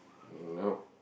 nope